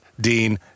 Dean